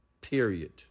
Period